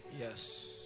Yes